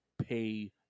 pay